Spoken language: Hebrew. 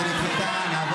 תודה